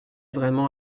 vraiment